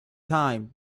time